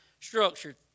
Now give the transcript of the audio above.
structured